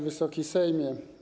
Wysoki Sejmie!